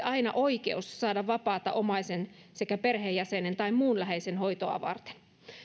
aina oikeus saada vapaata omaisen sekä perheenjäsenen tai muun läheisen hoitoa varten